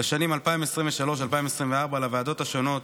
לשנים 2024-2023 לוועדות השונות,